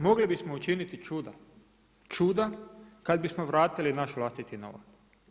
Mogli bismo učiniti čuda, čuda kada bismo vratili naš vlastiti novac.